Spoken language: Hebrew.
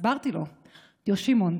הסברתי לו ואמרתי לו: שמעון,